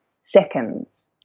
seconds